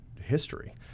history